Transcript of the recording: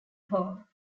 pole